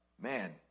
man